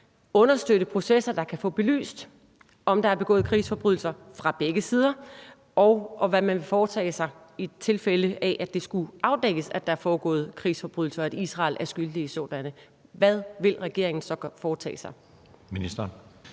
understøtte processer, der kan få belyst, om der er begået krigsforbrydelser, fra begge sider, og hvad vil man foretage sig, i tilfælde af at det skulle afdækkes, at der er foregået krigsforbrydelser, og at Israel er skyldig i sådanne? Hvad vil regeringen så foretage sig?